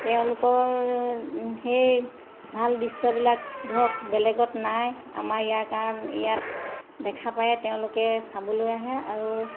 তেওঁলোকৰ সেই ভাল দৃশ্যবিলাক ধৰক বেলেগত নাই আমাৰ ইয়াৰ কাৰণ ইয়াত দেখা পায়ে তেওঁলোকে চাবলৈ আহে আৰু